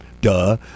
Duh